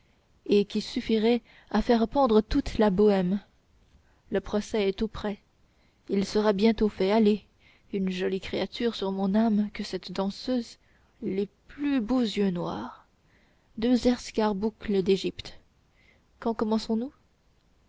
et qui suffirait à faire pendre toute la bohême le procès est tout prêt il sera bientôt fait allez une jolie créature sur mon âme que cette danseuse les plus beaux yeux noirs deux escarboucles d'égypte